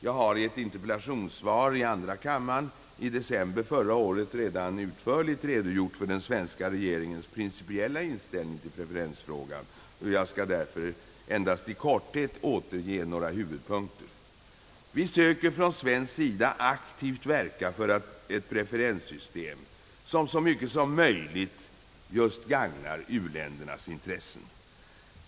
Jag har i ett interpellationssvar i andra kammaren i december förra året redan utförligt redogjort för den svenska regeringens principiella inställning till preferensfrågan. Jag skall därför endast i korthet återge några huvudpunkter. Vi söker på svensk sida aktivt medverka till ett preferenssystem, som så mycket som möjligt gagnar u-ländernas intressen.